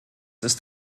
ist